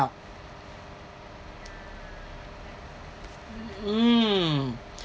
mm